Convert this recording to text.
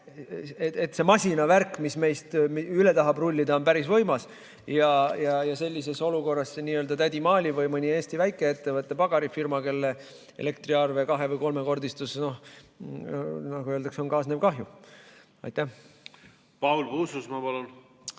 et see masinavärk, mis meist üle tahab rullida, on päris võimas. Sellises olukorras see tädi Maali või mõni Eesti väikeettevõte, näiteks pagarifirma, kelle elektriarve kahe- või kolmekordistus, nagu öeldakse, on kaasnev kahju. Paul Puustusmaa, palun!